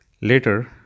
Later